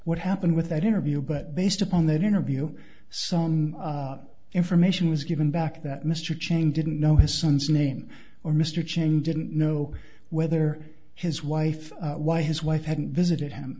what happened with that interview but based upon that interview some information was given back that mr cheney didn't know his son's name or mr cheney didn't know whether his wife why his wife hadn't visited him